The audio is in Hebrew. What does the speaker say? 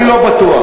אני לא בטוח.